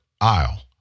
aisle